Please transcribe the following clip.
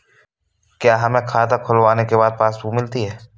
क्या हमें खाता खुलवाने के बाद पासबुक मिलती है?